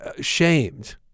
shamed